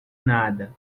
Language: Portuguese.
nada